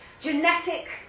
genetic